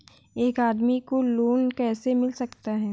एक आदमी को लोन कैसे मिल सकता है?